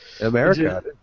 America